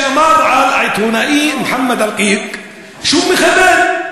שאמר על העיתונאי מוחמד אלקיק שהוא מחבל.